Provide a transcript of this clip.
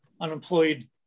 unemployed